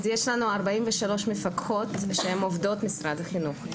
יש לנו 43 מפקחות שהן עובדות משרד החינוך.